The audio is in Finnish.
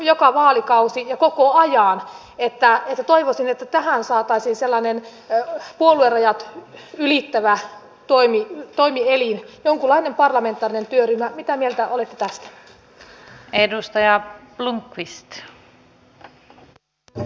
suomalaiset sivustot ja tietoverkot on suojattava kyberhyökkäyksiä vastaan ja kyberhyökkäys ja kybersotahan ovat juuri sitä mitä tulevaisuudessa me saamme pelätä ja sen torjumiseen pitää kohdentaa ja kohdennetaankin resursseja